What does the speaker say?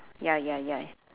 ya ya ya